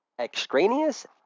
extraneous